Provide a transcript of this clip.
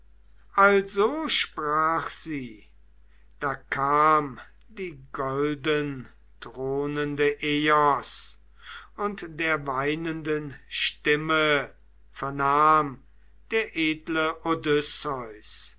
also sprach sie da kam die goldenthronende eos und der weinenden stimme vernahm der edle